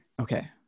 Okay